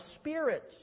Spirit